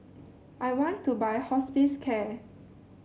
I want to buy Hospicare